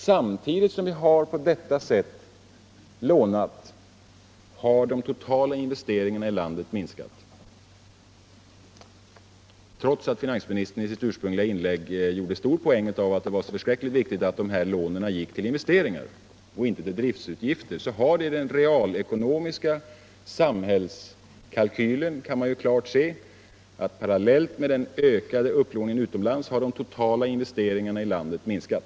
Samtidigt som vi på detta sätt lånat, har nämligen de totala investeringarna i landet minskat. Trots att finansministern i sitt ursprungliga inlägg gjorde ett stort nummer av att det var så förskräckligt viktigt att lånen gick till investeringar och inte till driftutgifter visar den realekonomiska samhällskalkylen att parallellt med den ökade upplåningen utomlands har de totala investeringarna i landet minskat.